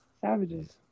Savages